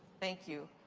thank you.